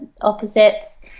opposites